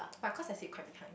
but cause I sit quite behind